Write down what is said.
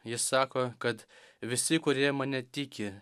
jis sako kad visi kurie mane tiki